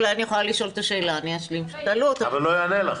אולי אני יכולה לשאול את השאלה -- אבל הוא לא יענה לך.